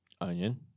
onion